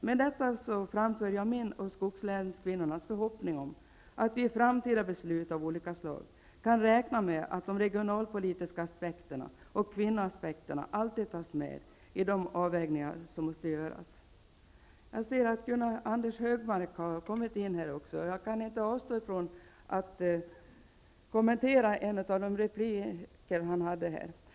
Med detta framför jag min och skogslänskvinnornas förhoppning om att vi i framtida beslut av olika slag kan räkna med att de regionalpolitiska aspekterna alltid tas med i de avvägningar som måste göras. Jag ser att Anders Högmark har kommit in i kammaren. Jag kan då inte avstå från att kommentera en av hans tidigare repliker.